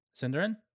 Cinderin